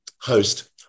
host